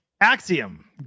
axiom